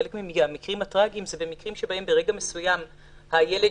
חלק מהמקרים הטרגיים אלה מקרים שברגע מסוים הילד